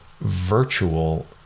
virtual